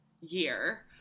year